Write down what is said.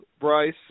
Bryce